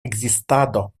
ekzistado